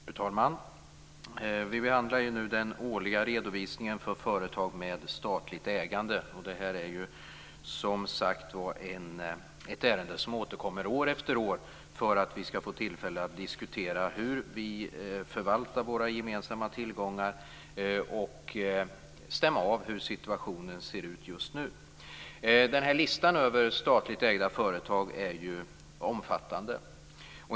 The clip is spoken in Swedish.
Fru talman! Vi behandlar nu den årliga redovisningen vad gäller företag med statligt ägande. Det här är alltså ett ärende som återkommer år efter år för att vi skall få tillfälle att diskutera hur vi förvaltar våra gemensamma tillgångar och stämma av situationen just nu. Listan över statligt ägda företag är omfattande.